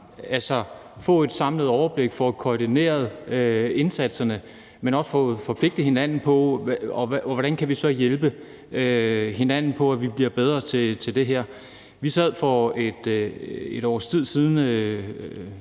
altså få et samlet overblik, få koordineret indsatserne, men også forpligte hinanden på, hvordan vi kan hjælpe hinanden til at blive bedre til det her. Vi havde for 1 års tid siden